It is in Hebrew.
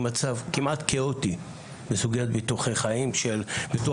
מצב כמעט כאוטי בסוגיית ביטוח תלמידים.